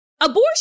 abortion